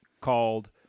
called